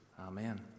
Amen